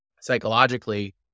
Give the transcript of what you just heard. psychologically